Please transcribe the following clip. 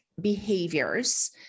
behaviors